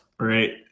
Right